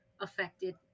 affected